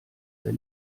der